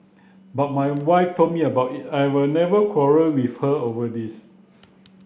but my wife told me about it I've never quarrelled with her over this